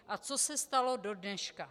A co se stalo do dneška?